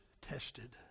tested